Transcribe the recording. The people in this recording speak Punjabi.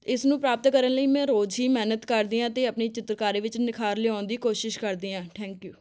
ਇਸ ਨੂੰ ਪ੍ਰਾਪਤ ਕਰਨ ਲਈ ਮੈਂ ਰੋਜ਼ ਹੀ ਮਿਹਨਤ ਕਰਦੀ ਹਾਂ ਅਤੇ ਆਪਣੀ ਚਿੱਤਰਕਾਰੀ ਵਿੱਚ ਨਿਖਾਰ ਲਿਆਉਣ ਦੀ ਕੋਸ਼ਿਸ਼ ਕਰਦੀ ਹਾਂ ਠੈਂਕ ਯੂ